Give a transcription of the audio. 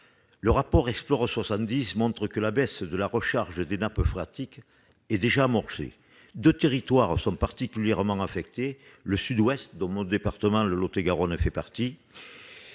Le rapport Explore 2070 montre que la baisse de la recharge des nappes phréatiques est déjà amorcée. Deux territoires sont particulièrement affectés : le sud-ouest, dont mon département, le Lot-et-Garonne, fait partie,